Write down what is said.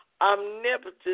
omnipotent